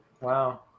Wow